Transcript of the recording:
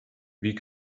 wie